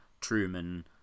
truman